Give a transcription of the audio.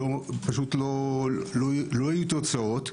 לא היו תוצאות.